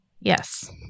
Yes